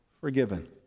forgiven